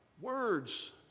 Words